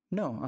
no